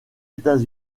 états